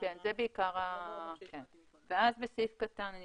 אני מתקדמת ועוברת לסעיף קטן (ג).